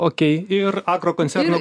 okei ir agrokoncerno